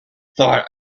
thought